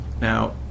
now